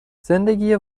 زندگی